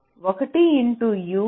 1 into U into U2